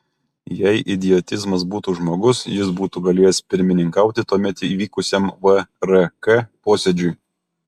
jei idiotizmas būtų žmogus jis būtų galėjęs pirmininkauti tuomet įvykusiam vrk posėdžiui